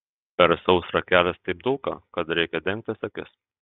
per sausrą kelias taip dulka kad reikia dengtis akis